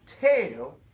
tail